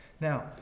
Now